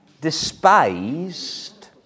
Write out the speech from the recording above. despised